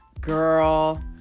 Girl